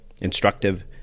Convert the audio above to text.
instructive